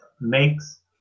makes